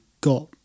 got